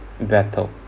battle